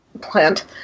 plant